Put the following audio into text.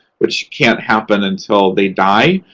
which can't happen until they die,